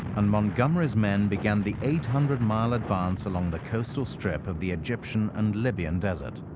and montgomery's men began the eight hundred mile advance along the coastal strip of the egyptian and libyan desert,